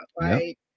right